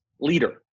leader